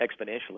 exponentially